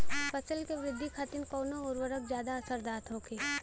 फसल के वृद्धि खातिन कवन उर्वरक ज्यादा असरदार होखि?